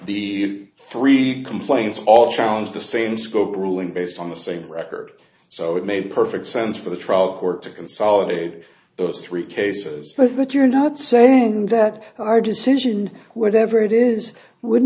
the three complaints all challenge the same scope ruling based on the same record so it made perfect sense for the trial court to consolidate those three cases but that you're not saying that our decision whatever it is would